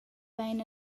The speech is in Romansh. vein